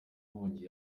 nkongi